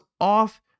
off